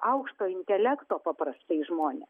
aukšto intelekto paprastai žmonės